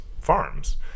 farms